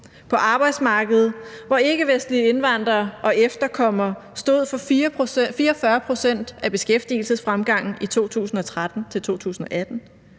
på arbejdsmarkedet, hvor ikkevestlige indvandrere og efterkommere stod for 44 pct. af beskæftigelsesfremgangen i 2013-2018;